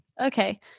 okay